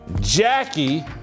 Jackie